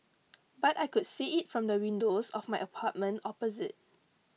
but I could see it from the windows of my apartment opposite